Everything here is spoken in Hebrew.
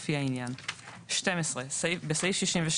לפי העניין"; (12)בסעיף 62,